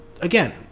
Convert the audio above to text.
again